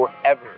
forever